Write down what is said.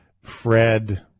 Fred